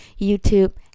YouTube